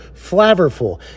flavorful